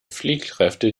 fliehkräfte